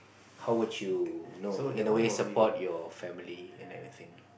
how would you you know in a way support your family and everything